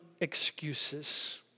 excuses